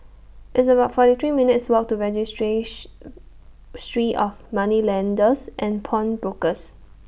It's about forty three minutes' Walk to Registry three of Moneylenders and Pawnbrokers